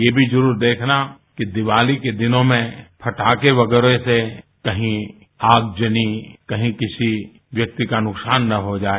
ये भी जरूर देखना कि दिवाली के दिनों में पटाखे वगैरह से कहीं आगजनी कहीं किसी व्यक्ति का नुकसान न हो जाए